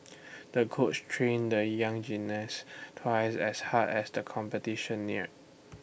the coach trained the young gymnast twice as hard as the competition neared